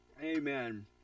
Amen